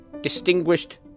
distinguished